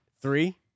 Three